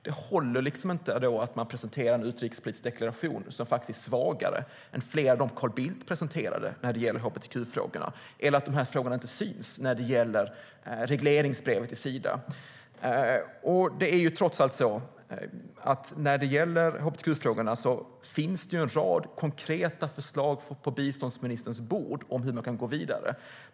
Det håller inte att man presenterar en utrikespolitisk deklaration som faktiskt är svagare än flera av dem som Carl Bildt presenterade när det gäller hbtq-frågorna eller att dessa frågor inte syns när det gäller regleringsbrevet till Sida. Det är trots allt så att när det gäller hbtq-frågorna finns det en rad konkreta förslag på biståndsministerns bord om hur man kan gå vidare.